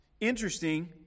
interesting